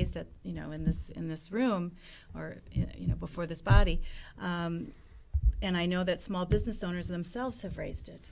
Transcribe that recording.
is that you know in this in this room or you know before this body and i know that small business owners themselves have raised it